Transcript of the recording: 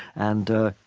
and, ah,